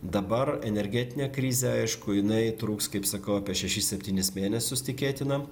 dabar energetinė krizė aišku jinai truks kaip sakau apie šešis septynis mėnesius tikėtina